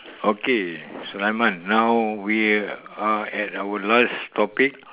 okay sulaiman now we are at our last topic